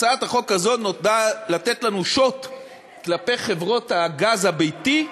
הצעת החוק הזאת נועדה לתת לנו שוט כלפי חברות הגז הביתי,